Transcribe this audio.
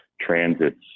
transits